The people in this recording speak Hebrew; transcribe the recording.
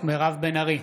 מירב בן ארי,